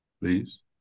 Please